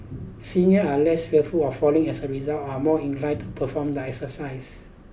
seniors are less fearful of falling and as a result are more inclined to perform their exercise